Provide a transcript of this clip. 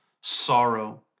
sorrow